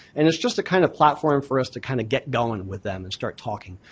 and it's just a kind of platform for us to kind of get going with them and start talking.